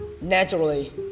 naturally